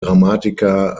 dramatiker